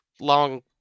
long